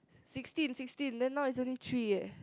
sixteen sixteen then now it's only three eh